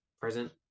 present